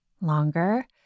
longer